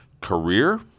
career